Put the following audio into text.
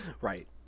Right